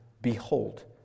Behold